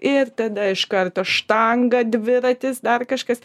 ir tada iš karto štanga dviratis dar kažkas